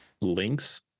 links